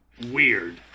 weird